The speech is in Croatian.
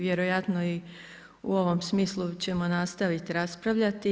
Vjerojatno i u ovom smislu ćemo nastavit raspravljati.